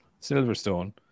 Silverstone